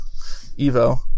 Evo